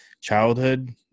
childhood